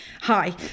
Hi